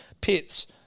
pits